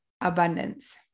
abundance